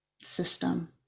system